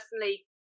personally